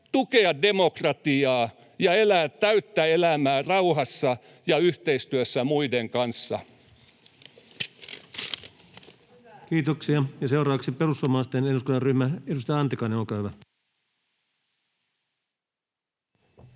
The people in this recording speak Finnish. tukea demokratiaa ja elää täyttä elämää rauhassa ja yhteistyössä muiden kanssa. Kiitoksia. — Ja seuraavaksi perussuomalaisten eduskuntaryhmä, edustaja Antikainen, olkaa hyvä.